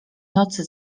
nocy